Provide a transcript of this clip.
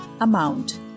amount